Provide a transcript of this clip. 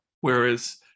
whereas